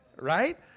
Right